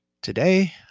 Today